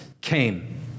came